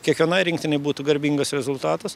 kiekvienai rinktinei būtų garbingas rezultatas